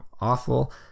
awful